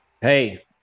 Hey